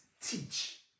teach